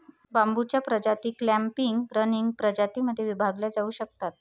बांबूच्या प्रजाती clumping, running प्रजातीं मध्ये विभागल्या जाऊ शकतात